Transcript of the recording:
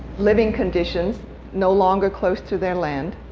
living conditions no longer close to their land